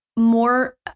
more